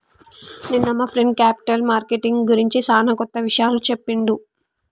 నిన్న మా friend capital marketing గురించి సానా కొత్త విషయాలు చెప్పిండు